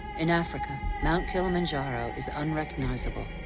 in africa, mount kilimanjaro is unrecognizable.